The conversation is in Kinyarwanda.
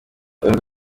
uri